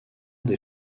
des